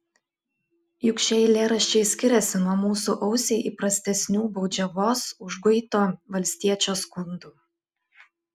juk šie eilėraščiai skiriasi nuo mūsų ausiai įprastesnių baudžiavos užguito valstiečio skundų